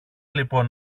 λοιπόν